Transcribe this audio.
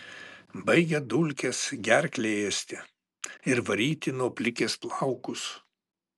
baigia dulkės gerklę ėsti ir varyti nuo plikės plaukus